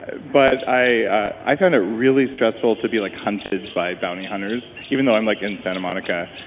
ah but i i found it really stressful to be like hunted by bounty hunters, even though i'm like in santa monica